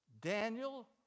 Daniel